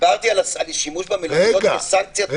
דיברתי על השימוש במלוניות כסנקציה --- רגע,